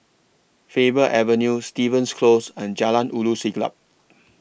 Faber Avenue Stevens Close and Jalan Ulu Siglap